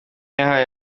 yahaye